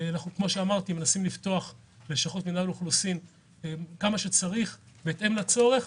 אנחנו מנסים לפתוח לשכות מינהל אוכלוסין בהתאם לצורך,